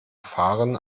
fahren